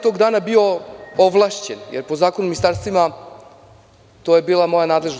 Tog dana sam bio ovlašćen, jer, po Zakonu o ministarstvima, to je bila moja nadležnost.